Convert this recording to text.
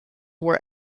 were